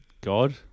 God